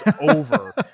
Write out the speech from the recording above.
over